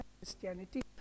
Christianity